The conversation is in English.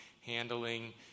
handling